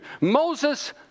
Moses